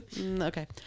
okay